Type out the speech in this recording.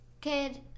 kid